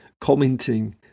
commenting